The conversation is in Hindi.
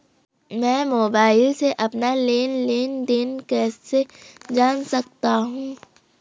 मैं मोबाइल से अपना लेन लेन देन कैसे जान सकता हूँ?